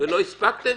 ולא הספקתם,